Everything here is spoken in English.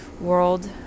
world